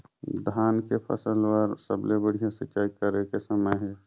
धान के फसल बार सबले बढ़िया सिंचाई करे के समय हे?